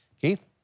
Keith